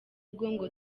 ngo